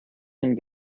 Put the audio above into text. can